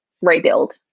rebuild